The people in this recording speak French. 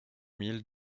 mille